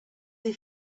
they